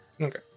okay